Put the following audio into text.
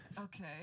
Okay